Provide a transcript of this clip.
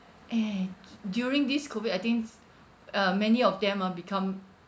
eh during this COVID I think uh many of them ah become